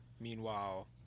Meanwhile